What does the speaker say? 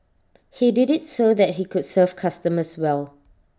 he did IT so that he could serve customers well